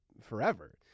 forever